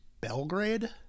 Belgrade